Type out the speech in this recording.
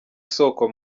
isoko